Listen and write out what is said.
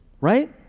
right